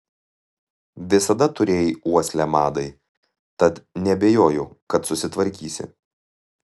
visada turėjai uoslę madai tad neabejoju kad susitvarkysi